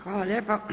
Hvala lijepa.